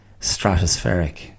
stratospheric